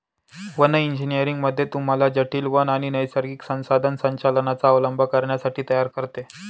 one engineering मध्ये तुम्हाला जटील वन आणि नैसर्गिक संसाधन संचालनाचा अवलंब करण्यासाठी तयार करते